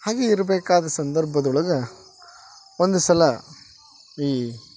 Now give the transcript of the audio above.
ಹಾಗೆ ಇರಬೇಕಾದ ಸಂದರ್ಭದೊಳಗ ಒಂದು ಸಲ ಈ